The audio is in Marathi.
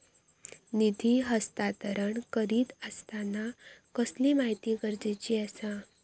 निधी हस्तांतरण करीत आसताना कसली माहिती गरजेची आसा?